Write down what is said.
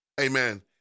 amen